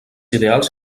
ideals